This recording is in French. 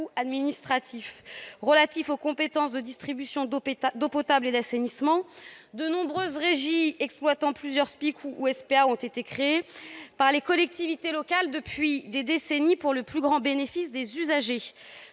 administratif, SPA, relatifs aux compétences de distribution d'eau potable et d'assainissement. De nombreuses régies exploitant plusieurs SPIC ou SPA ont été créées par les collectivités locales depuis des décennies, pour le plus grand bénéfice des usagers.